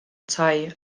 tai